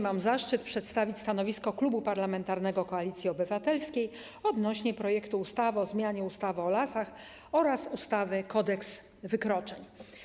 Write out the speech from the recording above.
Mam zaszczyt przedstawić stanowisko Klubu Parlamentarnego Koalicja Obywatelska wobec projektu ustawy o zmianie ustawy o lasach oraz ustawy - Kodeks wykroczeń.